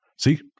See